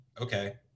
okay